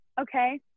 okay